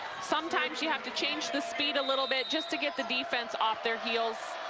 sometimes you have to change thespeed a little bit just to get the defense off their heels.